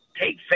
take